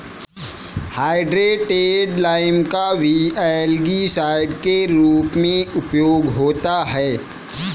hydrated lime का भी algicide के रूप में उपयोग होता है